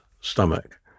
stomach